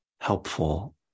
helpful